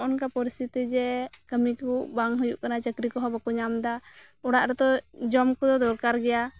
ᱱᱚᱜᱚᱭ ᱱᱚᱝᱠᱟ ᱯᱚᱨᱤᱥᱛᱤᱛᱤ ᱡᱮ ᱠᱟᱹᱢᱤᱠᱩ ᱵᱟᱝ ᱦᱩᱭᱩᱜ ᱠᱟᱱᱟ ᱪᱟᱹᱠᱨᱤ ᱠᱚᱦᱚᱸ ᱵᱟᱠᱩ ᱧᱟᱢᱮᱫᱟ ᱚᱲᱟᱜ ᱨᱮᱛᱚ ᱡᱚᱢ ᱠᱚᱫᱚ ᱫᱚᱨᱠᱟᱨ ᱜᱮᱭᱟ